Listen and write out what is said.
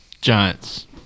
Giants